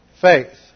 faith